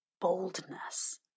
boldness